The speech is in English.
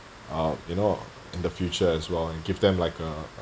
um you know in the future as well and give them like a